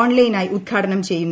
ഓൺലൈനായി ഉദ്ഘാടനം ചെയ്യുന്നത്